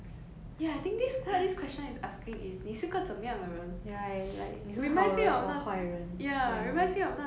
reminds me of 那 ya reminds me of 那种理解问答 you know when we were young 小明是一个怎么样的人